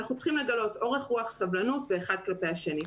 ואנחנו צריכים לגלות אורך רוח וסבלנות אחד כלפי השני.